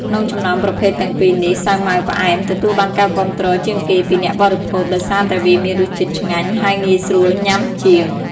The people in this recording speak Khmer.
ក្នុងចំណោមប្រភេទទាំងពីរនេះ សាវម៉ាវផ្អែម ទទួលបានការគាំទ្រជាងគេពីអ្នកបរិភោគដោយសារតែវាមានរសជាតិឆ្ងាញ់ ហើយងាយស្រួលញ៉ាំជាង។